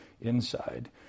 inside